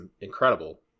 incredible